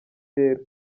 rero